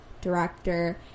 director